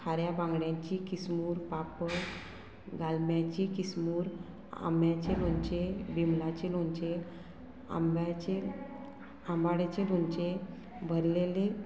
खाऱ्या बांगड्यांची किसमूर पापड गालम्याची किसमूर आंब्याचें लोणचें बिमलाचें लोणचें आंब्याचें आंबाड्याचें लोणचें भरलेलें